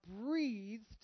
breathed